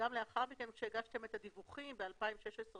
וגם לאחר מכן, כשהגשתם את הדיווחים ב-2016-2017,